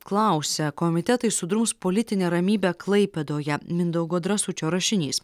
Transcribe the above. klausia komitetai sudrums politinę ramybę klaipėdoje mindaugo drąsučio rašinys